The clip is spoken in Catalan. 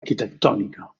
arquitectònica